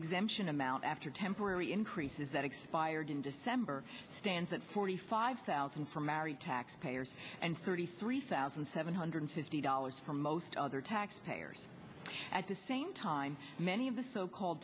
exemption amount after temporary increases that expired in december stands at forty five thousand for married taxpayers and thirty three thousand seven hundred fifty dollars for most other taxpayers at the same time many of the so called